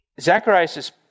Zacharias